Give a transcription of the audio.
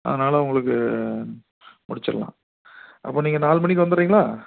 அதனால் உங்களுக்கு முடிச்சிடலாம் அப்போ நீங்கள் நாலு மணிக்கு வந்துவிட்றீங்களா